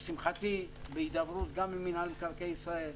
לשמחתי, בהידברות גם עם מינהל מקרקעי ישראל,